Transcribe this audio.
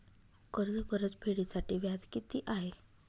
कर्ज परतफेडीसाठी व्याज किती आहे?